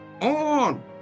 on